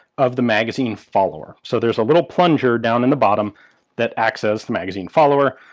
of the magazine follower. so there's a little plunger down in the bottom that acts as the magazine follower.